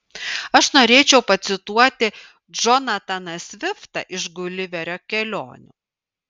aš norėčiau pacituoti džonataną sviftą iš guliverio kelionių